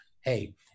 hey